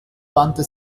wandte